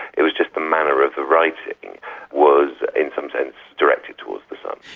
it was just the manner of the writing was in some sense directed towards the son.